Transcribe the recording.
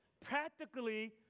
practically